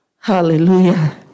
Hallelujah